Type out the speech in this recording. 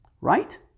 Right